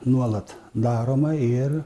nuolat daroma ir